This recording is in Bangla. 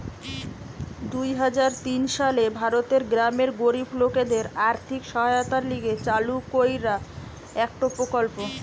দুই হাজার তিন সালে ভারতের গ্রামের গরিব লোকদের আর্থিক সহায়তার লিগে চালু কইরা একটো প্রকল্প